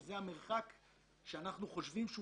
שזה המרחק שאנחנו חושבים שהוא